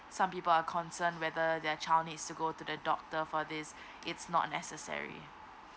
some people are concerned whether their child needs to go to the doctor for this it's not necessary